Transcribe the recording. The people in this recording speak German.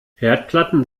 herdplatten